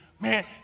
Man